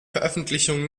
veröffentlichung